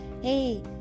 Hey